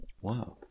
Wow